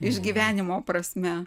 išgyvenimo prasme